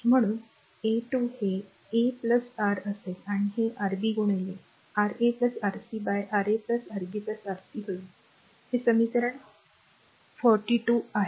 म्हणून a 2 हे a R असेल आणि हे Rb गुणिले Ra Rc by Ra Rb Rc होईल हे समीकरण 42 आहे